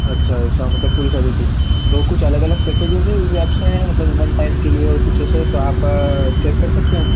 अच्छा ऐसा मतलब पूरी सर्विसिंग तो कुछ अलग अलग पैकेजेस हैं उस हिसाब से मतलब वन टाइम के लिए और कुछ ऐसे तो आप चेक कर सकते हैं